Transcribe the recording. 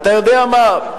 אתה יודע מה,